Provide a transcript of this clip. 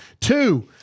Two